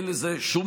אין לזה שום